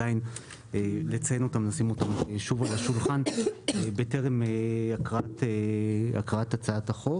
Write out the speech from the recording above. לציין אותן ולשים אותן על השולחן בטרם הקראת הצעת החוק.